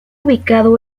ubicado